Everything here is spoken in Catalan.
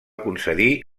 concedir